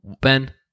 Ben